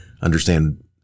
understand